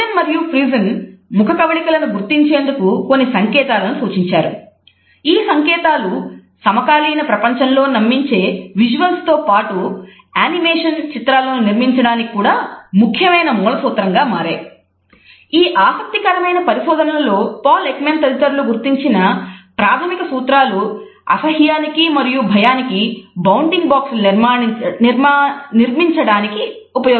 Ekman నిర్మించడానికి ఉపయోగించబడ్డాయి